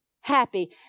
happy